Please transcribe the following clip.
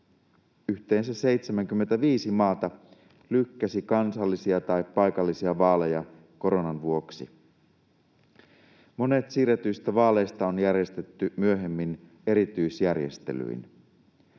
yhteensä 75 maata lykkäsi kansallisia tai paikallisia vaaleja koronan vuoksi. Monet siirretyistä vaaleista on järjestetty myöhemmin erityisjärjestelyin.